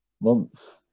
months